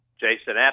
Jason